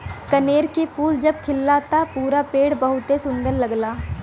कनेर के फूल जब खिलला त पूरा पेड़ बहुते सुंदर लगला